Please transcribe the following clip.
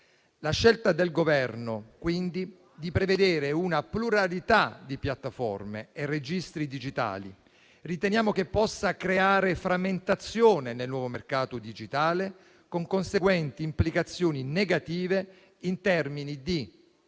la scelta del Governo di prevedere una pluralità di piattaforme e registri digitali possa creare frammentazione nel nuovo mercato digitale, con conseguenti implicazioni negative in termini di